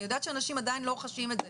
אני יודעת שאנשים עדיין לא חשים את זה.